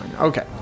Okay